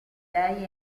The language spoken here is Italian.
lei